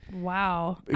Wow